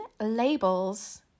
labels